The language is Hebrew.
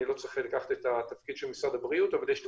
אני לא צריך לקחת את התפקיד של משרד הבריאות אבל יש את